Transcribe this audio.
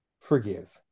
forgive